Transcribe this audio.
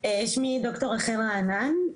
שמי ד"ר רחל רענן,